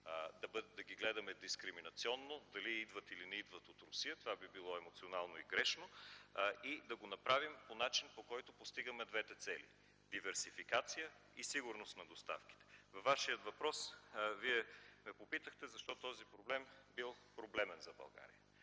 да ги гледаме дискриминационно дали идват, или не идват от Русия - това би било емоционално и грешно, и да го направим по начин, по който постигаме двете цели – диверсификация и сигурност на доставките. Във Вашия въпрос ме попитахте: защо този проект бил проблемен за България?